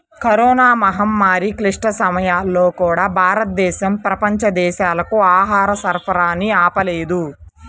corona మహమ్మారి క్లిష్ట సమయాల్లో కూడా, భారతదేశం ప్రపంచ దేశాలకు ఆహార సరఫరాని ఆపలేదు